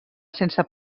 sense